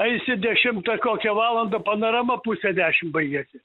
eisi dešimtą kokią valandą panorama pusę dešim baigiasi